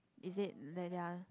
is it that they are